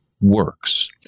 works